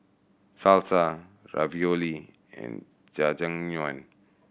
Salsa Ravioli and Jajangmyeon